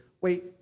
wait